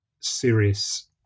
serious